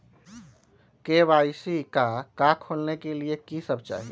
KYC का का खोलने के लिए कि सब चाहिए?